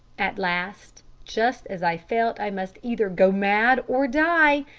at last, just as i felt i must either go mad or die,